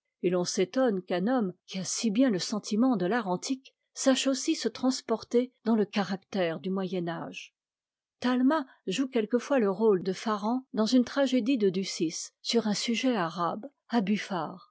et l'on s'étonne qu'un homme qui a si bien le sentiment de l'art antique sache aussi se transporter dans le caractère du moyen âge talma joue quelquefois le rôle de pharan dans une tragédie de ducis sur un sujet arabe